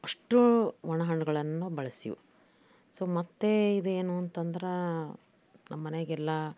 ಅಷ್ಟೂ ಒಣಹಣ್ಣುಗಳನ್ನು ಬಳಸ್ತೀವಿ ಸೊ ಮತ್ತೆ ಇದು ಏನು ಅಂತ ಅಂದ್ರೆ ನಮ್ಮನೆಗೆಲ್ಲ